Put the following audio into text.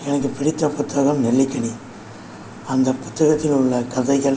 எனக்கு பிடித்த புத்தகம் நெல்லிக்கனி அந்த புத்தகத்தில் உள்ள கதைகள்